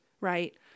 right